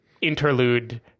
interlude